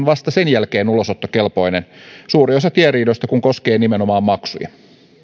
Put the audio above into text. vasta sen jälkeen ulosottokelpoinen suuri osa tieriidoista kun koskee nimenomaan maksuja